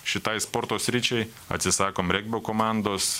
šitai sporto sričiai atsisakom regbio komandos